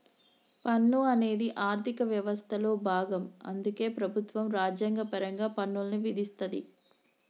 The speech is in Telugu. పన్ను అనేది ఆర్థిక వ్యవస్థలో భాగం అందుకే ప్రభుత్వం రాజ్యాంగపరంగా పన్నుల్ని విధిస్తది